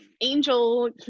Angel